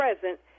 present